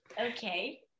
okay